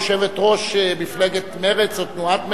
יושבת-ראש מפלגת מרצ או תנועת מרצ?